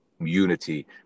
unity